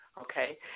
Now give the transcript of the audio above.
okay